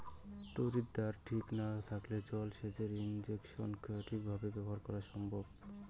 তড়িৎদ্বার ঠিক না থাকলে জল সেচের ইণ্জিনকে সঠিক ভাবে ব্যবহার করা অসম্ভব